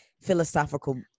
philosophical